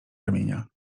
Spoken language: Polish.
ramienia